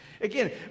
Again